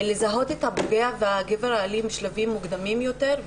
לזהות את הפוגע והגבר האלים בשלבים מוקדמים יותר,